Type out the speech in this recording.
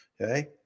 okay